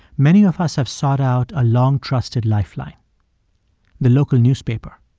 many of us have sought out a long-trusted lifeline the local newspaper.